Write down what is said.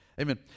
Amen